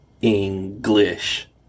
English